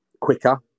quicker